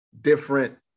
different